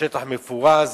שטח מפורז